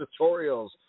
tutorials